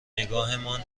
نگاهمان